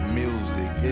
music